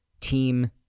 team